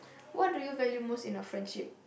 what do you value most in a friendship